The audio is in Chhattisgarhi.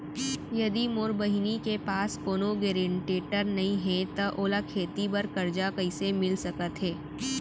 यदि मोर बहिनी के पास कोनो गरेंटेटर नई हे त ओला खेती बर कर्जा कईसे मिल सकत हे?